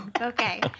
Okay